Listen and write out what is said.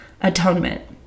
atonement